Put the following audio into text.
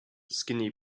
skinny